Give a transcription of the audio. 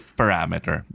parameter